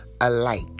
alike